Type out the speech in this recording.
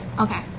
Okay